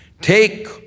Take